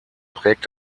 prägt